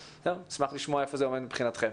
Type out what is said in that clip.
נשמח לשמוע איפה זה עומד מבחינתכם.